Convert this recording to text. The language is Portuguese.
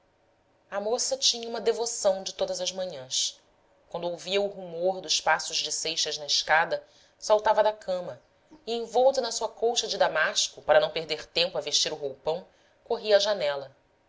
a moça tinha uma devoção de todas as manhãs quando ouvia o rumor dos passos de seixas na escada saltava da cama e envolta na sua colcha de damasco para não perder tempo a vestir o roupão corria à janela